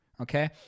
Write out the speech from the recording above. Okay